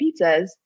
pizzas